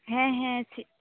হ্যাঁ হ্যাঁ ঠিক